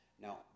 now